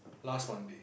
last Monday